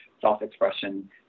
self-expression